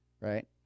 Right